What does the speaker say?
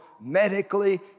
medically